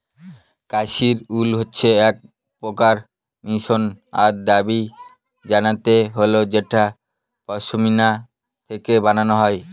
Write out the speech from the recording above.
Kashmiri wool হচ্ছে এক প্রকার মসৃন আর দামি জাতের উল যেটা পশমিনা থেকে বানানো হয়